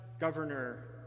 governor